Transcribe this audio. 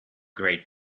great